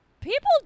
People